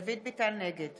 נגד